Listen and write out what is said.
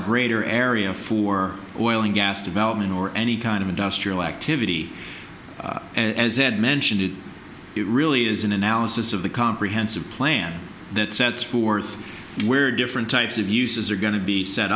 greater area for oil and gas development or any kind of industrial activity as ed mentioned it really is an analysis of the comprehensive plan that sets forth where different types of uses are going to be set